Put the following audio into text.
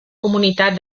comunitat